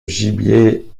gibier